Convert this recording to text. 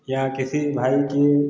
या किसी भाई के